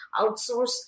outsource